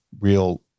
real